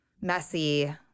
messy